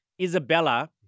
Isabella